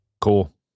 cool